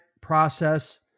process